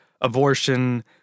abortion